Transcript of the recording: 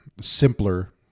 simpler